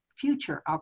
future